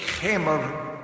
Hammer